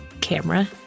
camera